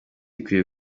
ikwiye